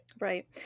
Right